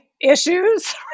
issues